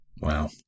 Wow